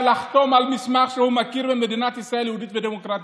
לחתום על מסמך שהוא מכיר במדינת ישראל יהודית ודמוקרטית,